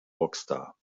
rockstar